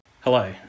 Hello